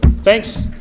Thanks